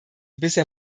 bisher